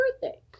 birthday